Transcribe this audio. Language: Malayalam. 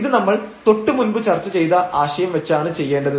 ഇത് നമ്മൾ തൊട്ടു മുമ്പ് ചർച്ച ചെയ്ത ആശയം വച്ചാണ് ചെയ്യേണ്ടത്